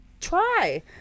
try